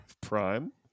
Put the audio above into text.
Prime